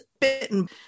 bitten